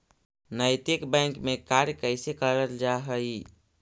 नैतिक बैंक में कार्य कैसे करल जा हई